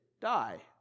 die